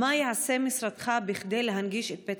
2. מה יעשה משרדך כדי להנגיש את בית